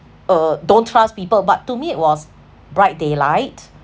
uh don't trust people but to me it was bright daylight